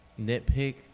nitpick